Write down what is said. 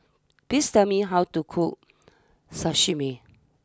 please tell me how to cook Sashimi